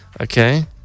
Okay